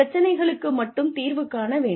பிரச்சனைகளுக்கு மட்டும் தீர்வு காண வேண்டும்